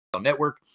network